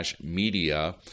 Media